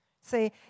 See